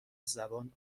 زبان